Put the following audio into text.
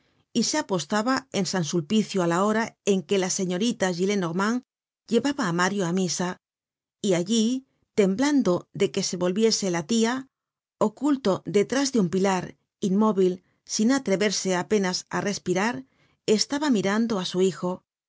y se apostaba en san sulpicio á la hora en que la señorita gillenormand llevaba á mario á misa y allí temblando de que se volviese la tia oculto detrás de un pilar inmóvil sin atreverse apenas á respirar estaba mirando á su hijo